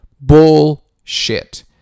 Bullshit